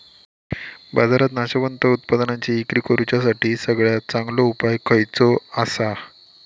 बाजारात नाशवंत उत्पादनांची इक्री करुच्यासाठी सगळ्यात चांगलो उपाय खयचो आसा?